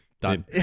done